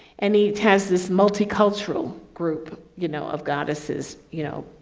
and he has this multicultural group, you know, of goddesses, you know,